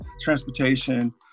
transportation